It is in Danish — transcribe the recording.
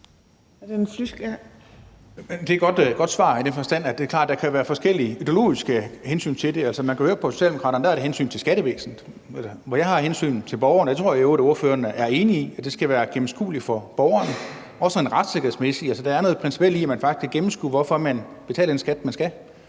Det er et godt svar i den forstand, at det er klart, at der kan være ideologiske hensyn. Man kan høre på Socialdemokraterne, at der er det hensynet til skattevæsenet, hvor jeg har hensynet til borgerne. Jeg tror i øvrigt, at ordføreren er enig i, at det skal være gennemskueligt for borgeren, også sådan retssikkerhedsmæssigt. Altså, der er noget principielt i, at man faktisk kan gennemskue, hvorfor man skal betale den skat, man skal.